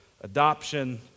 adoption